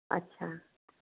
अच्छा